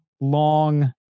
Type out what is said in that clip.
long